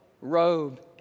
robe